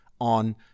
on